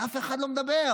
ואף אחד לא מדבר.